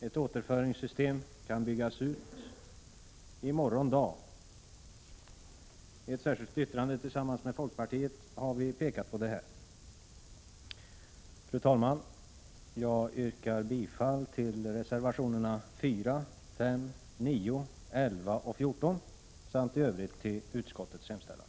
Ett återföringssystem kan byggas ut i morgon dag. I ett särskilt yttrande tillsammans med folkpartiet har vi pekat på detta. Fru talman! Jag yrkar bifall till reservationerna 4, 5, 9, 11 och 14 samt i Övrigt till utskottets hemställan.